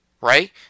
right